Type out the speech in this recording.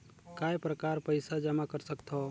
काय प्रकार पईसा जमा कर सकथव?